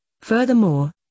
Furthermore